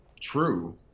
true